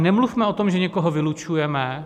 Nemluvme o tom, že někoho vylučujeme.